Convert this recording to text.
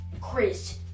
Chris